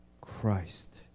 Christ